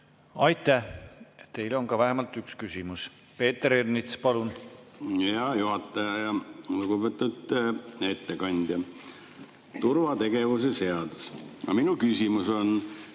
Aitäh! Teile on ka vähemalt üks küsimus. Peeter Ernits, palun! Hea juhataja! Lugupeetud ettekandja! Turvategevuse seadus. Minu küsimus on